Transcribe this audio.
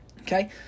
okay